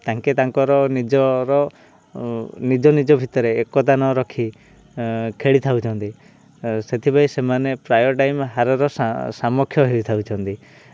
ତାଙ୍କେ ତାଙ୍କର ନିଜର ନିଜ ନିଜ ଭିତରେ ଏକତା ନ ରଖି ଖେଳି ଥାଉଛନ୍ତି ସେଥିପାଇଁ ସେମାନେ ପ୍ରାୟ ଟାଇମ୍ ହାରର ସାମକ୍ଷ୍ୟ ହେଇଥାଉଛନ୍ତି